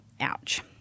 ouch